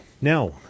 Now